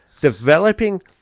developing